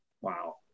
Wow